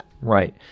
Right